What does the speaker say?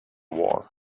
wars